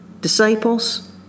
Disciples